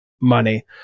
money